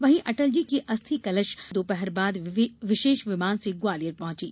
वहीं अटलजी की अस्थि कलश दोपहर बाद विशेष विमान से ग्वालियर पहुंचा